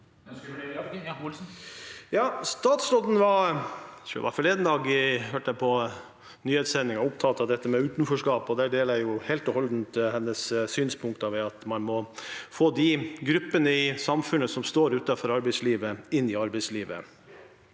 nyhetssendingen, opptatt av utenforskap, og jeg deler helt og holdent hennes synspunkter om at man må få de gruppene i samfunnet som står utenfor arbeidslivet, inn i arbeidslivet.